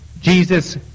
Jesus